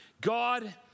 God